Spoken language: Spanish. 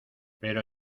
pero